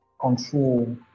control